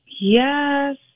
Yes